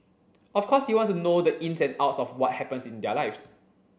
of course you want to know the ins and outs of what happens in their lives